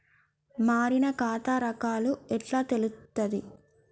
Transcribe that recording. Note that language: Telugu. మారిన ఖాతా రకాలు ఎట్లా తెలుత్తది?